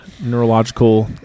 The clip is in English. neurological